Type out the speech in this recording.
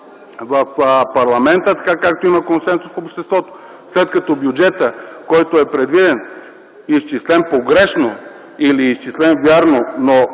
в парламента, така както има консенсус в обществото. След като бюджетът, който е предвиден, е изчислен погрешно или е изчислен вярно, но